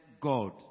God